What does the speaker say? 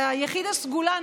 יחיד הסגולה,